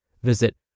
Visit